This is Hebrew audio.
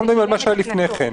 אנחנו מדברים על מה שהיה לפני כן.